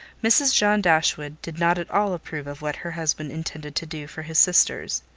mrs. john dashwood did not at all approve of what her husband intended to do for his sisters.